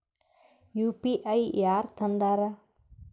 UPI ಯಾರ್ ತಂದಾರ?